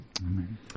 Amen